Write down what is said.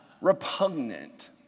Repugnant